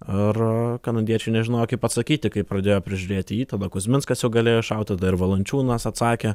ar kanadiečiai nežinojo kaip atsakyti kai pradėjo prižiūrėti jį tada kuzminskas jau galėjo šauti ir valančiūnas atsakė